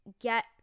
get